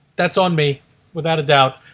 that's on me without a doubt.